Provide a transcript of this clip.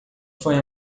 foi